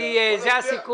זה הסיכום.